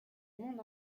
monde